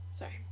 sorry